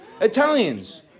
Italians